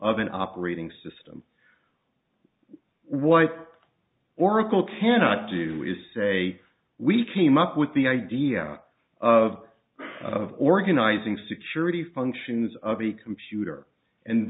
an operating system what oracle cannot do is say we came up with the idea of of organizing security functions of the computer and